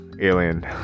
alien